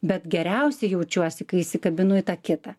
bet geriausiai jaučiuosi kai įsikabinu į tą kitą